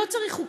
לא צריך חוקים.